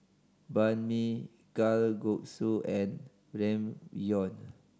Banh Mi Kalguksu and Ramyeon